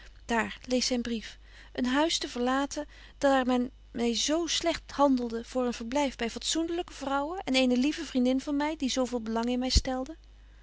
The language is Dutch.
zyn brief een huis te verlaten daar men my zo slegt handelde voor een verblyf by fatsoendelyke vrouwen en eene lieve vriendin van my die zo veel belang in my stelde